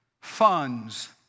funds